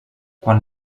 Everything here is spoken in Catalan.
quan